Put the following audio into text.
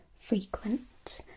frequent